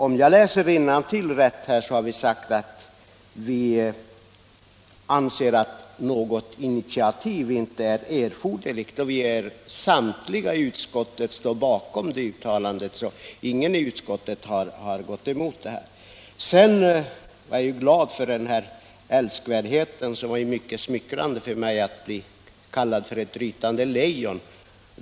Om jag läser rätt innantill har utskottet ansett att något initiativ inte är erforderligt. Samtliga i utskottet står bakom det uttalandet — ingen har gått på avslag. Fru Berglund hade älskvärdheten att smickra och kalla mig för ett rytande lejon.